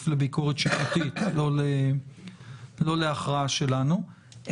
לביקורת שיפוטית ולא להכרעה שלנו.